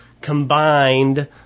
combined